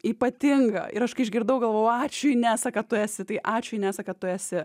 ypatinga ir aš kai išgirdau galvojau ačiū inesa kad tu esi tai ačiū inesa kad tu esi